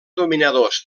dominadors